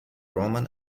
roman